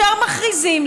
ישר מכריזים.